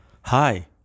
Hi